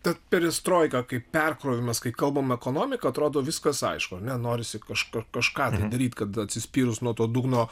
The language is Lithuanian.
tad perestroika kaip perkrovimas kai kalbam ekonomika atrodo viskas aišku ar ne norisi kažkur kažką tai daryti kad atsispyrus nuo to dugno